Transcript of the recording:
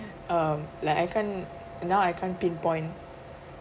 um like I can't now I can't pinpoint